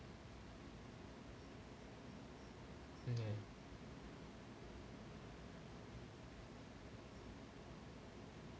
mmhmm